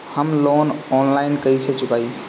हम loan online कइसे चुकाई?